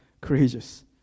courageous